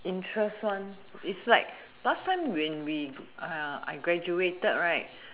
interest one is like last time when we I graduated right